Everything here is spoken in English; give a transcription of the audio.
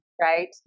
Right